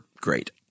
great